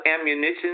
ammunition